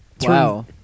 Wow